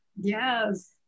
yes